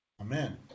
Amen